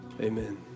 Amen